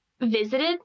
visited